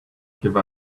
give